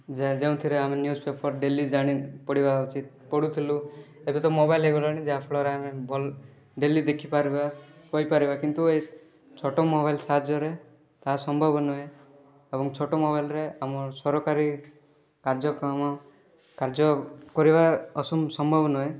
ଯେ ଯେଉଁଥିରେ ଆମେ ନ୍ୟୂଜ୍ ପେପର ଡେଲି ଜାଣି ପଢ଼ିବା ଉଚିତ୍ ପଢ଼ୁଥିଲୁ ଏବେ ତ ମୋବାଇଲ୍ ହେଇଗଲାଣି ଯାହାଫଳରେ ଆମେ ଡେଲି ଦେଖିପାରିବା କହିପାରିବା କିନ୍ତୁ ଏଇ ଛୋଟ ମୋବାଇଲ୍ ସାହାଯ୍ୟରେ ତାହା ସମ୍ଭବ ନୁହେଁ ଏବଂ ଛୋଟ ମୋବାଇଲ୍ରେ ଆମ ସରକାରୀ କାର୍ଯ୍ୟକ୍ରମ କାଯ୍ୟ କରିବା ଅସମ୍ଭବ ସମ୍ଭବ ନୁହେଁ